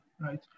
right